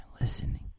listening